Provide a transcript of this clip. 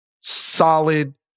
solid